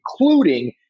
including